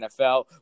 NFL